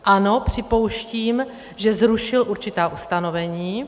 Ano, připouštím, že zrušil určitá ustanovení.